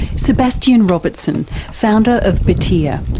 sebastian robertson, founder of batyr,